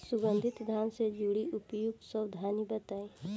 सुगंधित धान से जुड़ी उपयुक्त सावधानी बताई?